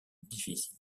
difficile